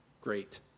great